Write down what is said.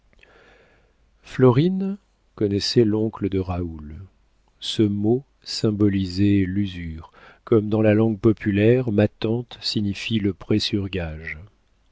florine connaissait l'oncle de raoul ce mot symbolisait l'usure comme dans la langue populaire ma tante signifie le prêt sur gage